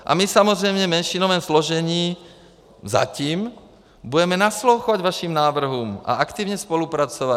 A my samozřejmě v menšinovém složení zatím budeme naslouchat vašim návrhům a aktivně spolupracovat.